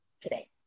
today